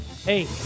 Hey